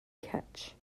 catch